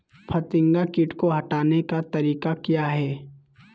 फतिंगा किट को हटाने का तरीका क्या है?